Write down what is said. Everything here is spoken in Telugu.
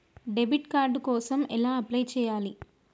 డెబిట్ కార్డు కోసం ఎలా అప్లై చేయాలి?